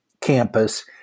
campus